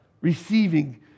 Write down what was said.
receiving